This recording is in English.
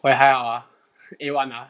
!oi! 还好啊 A one ah